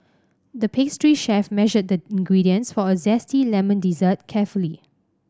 the pastry chef measured the ingredients for a zesty lemon dessert carefully